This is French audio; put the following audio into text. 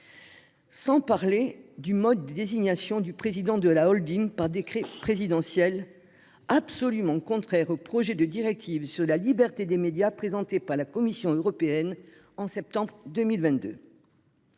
ne parle pas du mode de désignation du président de la holding par décret présidentiel, absolument contraire au projet de directive sur la liberté des médias présenté par la Commission européenne en septembre 2022